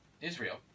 Israel